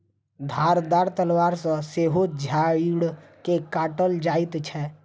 धारदार तलवार सॅ सेहो झाइड़ के काटल जाइत छै